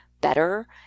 better